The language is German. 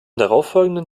darauffolgenden